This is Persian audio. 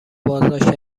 بازداشت